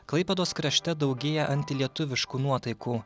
klaipėdos krašte daugėja antilietuviškų nuotaikų